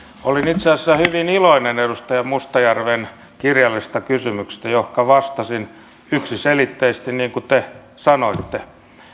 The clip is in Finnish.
olin itse asiassa hyvin iloinen edustaja mustajärven kirjallisesta kysymyksestä johonka vastasin yksiselitteisesti niin kuin te sanoitte